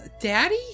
Daddy